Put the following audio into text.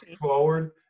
forward